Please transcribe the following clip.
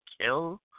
kill